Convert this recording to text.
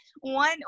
One